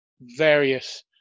various